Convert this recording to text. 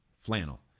flannel